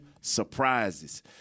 surprises